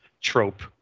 trope